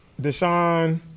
Deshaun